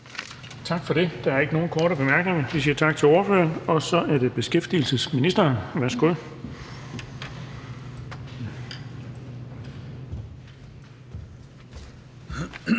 Tak for det. Der er ikke nogen korte bemærkninger. Vi siger tak til ordføreren. Så er det beskæftigelsesministeren. Værsgo.